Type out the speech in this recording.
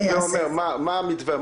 הווי אומר, מה המתווה?